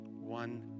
one